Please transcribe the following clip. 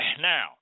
Now